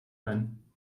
ein